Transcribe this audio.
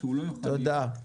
תודה.